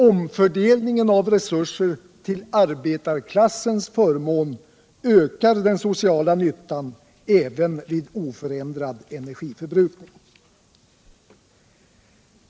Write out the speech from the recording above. Omfördelningen av resurser till arbetarklassens förmån ökar den sociala nyttan även vid oförändrad energiförbrukning.